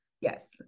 yes